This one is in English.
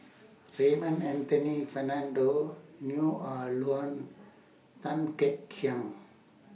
Raymond Anthony Fernando Neo Ah Luan Tan Kek